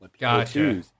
gotcha